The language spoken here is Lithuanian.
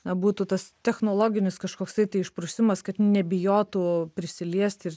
na būtų tas technologinis kažkoksai tai išprusimas kad nebijotų prisiliesti ir